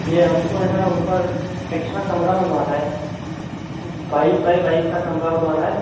यह हमको है ना ऊपर एक्स्ट्रा कमरा बनवाना है बाईस बाइ बाईस का कमरा बनवाना है